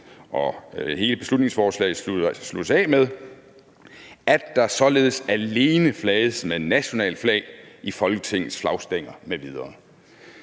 Og hele beslutningsforslaget sluttes af med: »... at der således alene flages med nationalflag i Folketingets flagstænger m.v.«